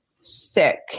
sick